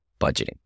budgeting